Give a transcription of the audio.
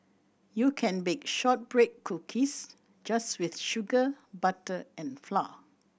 you can bake shortbread cookies just with sugar butter and flour